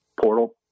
portal